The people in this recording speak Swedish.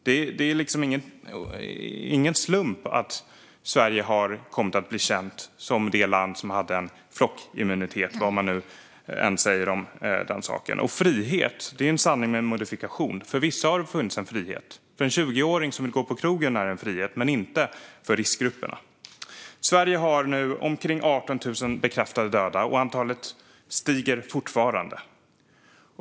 Det är ingen slump att Sverige har kommit att bli känt som det land som hade en flockimmunitet, vad man än säger om den saken. Och frihet är en sanning med modifikation. För vissa har det funnits en frihet. För en 20-åring som ville gå på krogen var det en frihet, men inte för riskgrupperna. Sverige har nu omkring 18 000 bekräftade döda, och antalet stiger fortfarande.